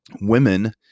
Women